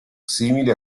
simili